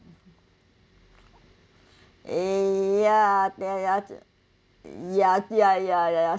ya ya ya ya ya ya ya ya